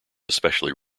especially